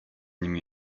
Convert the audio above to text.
nimi